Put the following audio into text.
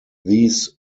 these